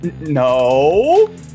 No